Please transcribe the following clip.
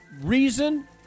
reason